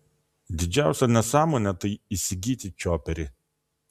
didžiausia nesąmonė tai įsigyti čioperį